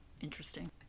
interesting